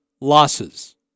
losses